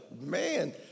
man